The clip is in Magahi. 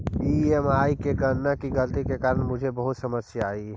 ई.एम.आई की गणना की गलती के कारण मुझे बहुत समस्या आई